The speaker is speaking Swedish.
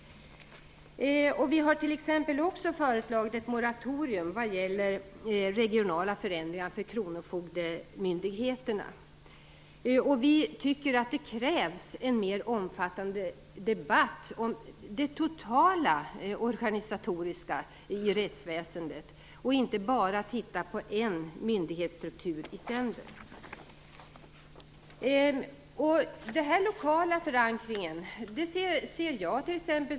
Vi har också föreslagit ett moratorium vad gäller regionala förändringar för kronofogdemyndigheterna. Vi tycker att det krävs en mer omfattande debatt om den totala organisationen i rättsväsendet. Man skall inte bara titta på en myndighetsstruktur i sänder. Den lokala förankringen är viktig.